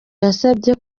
yasabye